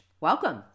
Welcome